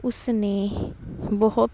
ਉਸ ਨੇ ਬਹੁਤ